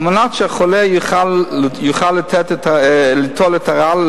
על מנת שהחולה יוכל ליטול את הרעל,